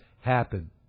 happen